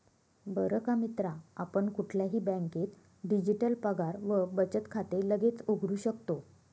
बर का मित्रा आपण कुठल्याही बँकेत डिजिटल पगार व बचत खाते लगेच उघडू शकतो